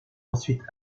ensuite